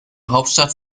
hauptstadt